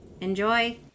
Enjoy